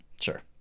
Sure